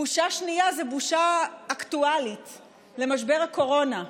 בושה שנייה היא בושה אקטואלית למשבר הקורונה.